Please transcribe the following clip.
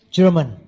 German